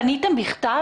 פניתם בכתב?